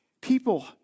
people